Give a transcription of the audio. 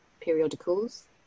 periodicals